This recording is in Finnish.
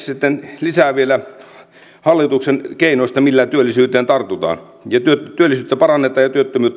sitten vielä lisää hallituksen keinoista millä työllisyyttä parannetaan ja työttömyyttä torjutaan